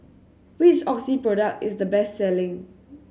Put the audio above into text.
which Oxy product is the best selling